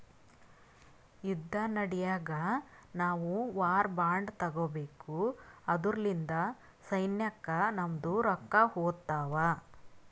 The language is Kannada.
ಯುದ್ದ ನಡ್ಯಾಗ್ ನಾವು ವಾರ್ ಬಾಂಡ್ ತಗೋಬೇಕು ಅದುರ್ಲಿಂದ ಸೈನ್ಯಕ್ ನಮ್ದು ರೊಕ್ಕಾ ಹೋತ್ತಾವ್